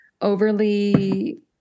overly